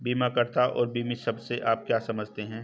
बीमाकर्ता और बीमित शब्द से आप क्या समझते हैं?